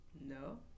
No